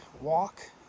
walk